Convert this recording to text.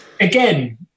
again